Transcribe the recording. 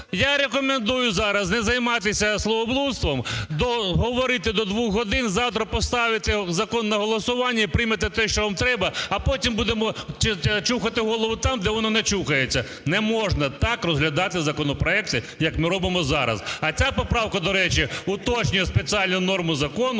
я рекомендую зараз не займатися словоблудством. Договорити до двох годин. Завтра поставити закон на голосування і приймете те, що вам треба. А потім будемо чухати голову там, де вона не чухається. Не можна так розглядати законопроекти, як ми робимо зараз! А ця поправка, до речі, уточнює спеціальну норму закону.